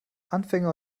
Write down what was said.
anfänger